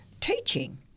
teaching